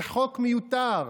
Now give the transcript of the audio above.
זה חוק מיותר.